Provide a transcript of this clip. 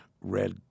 read